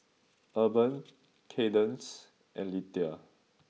Urban Cadence and Litha